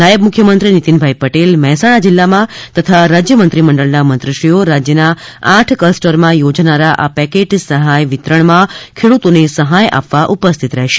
નાયબ મુખ્યમંત્રીશ્રી નીતીનભાઈ પટેલ મહેસાણા જિલ્લામાં તથા રાજ્ય મંત્રીમંડળના મંત્રીશ્રીઓ રાજ્યના આઠ કલસ્ટરમાં યોજાનારા આ પેકેટ સહાય વિતરણમાં ખેડૂતોને સહાય આપવા ઉપસ્થિત રહેશે